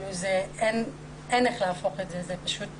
אין איך להפוך את זה, זה פשוט